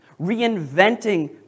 reinventing